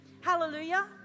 Hallelujah